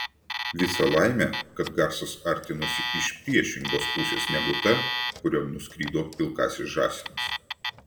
visa laimė kad garsas artinosi iš priešingos pusės negu ta kurion nuskrido pilkasis žąsinas